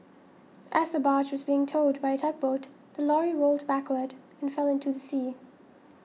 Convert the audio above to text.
as the barge was being towed by a tugboat the lorry rolled backward and fell into the sea